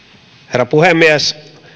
herra puhemies